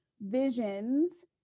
visions